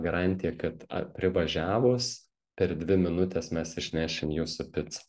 garantiją kad privažiavus per dvi minutes mes išnešim jūsų picą